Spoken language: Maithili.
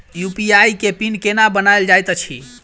यु.पी.आई केँ पिन केना बनायल जाइत अछि